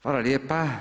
Hvala lijepa.